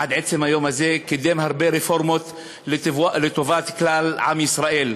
עד עצם היום הזה קידם הרבה רפורמות לטובת כלל עם ישראל.